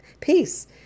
peace